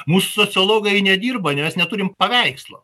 mūsų sociologai nedirba nes neturime paveikslo